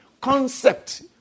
concept